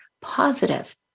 positive